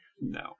No